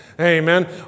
Amen